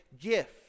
gift